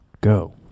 go